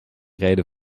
rijden